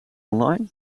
online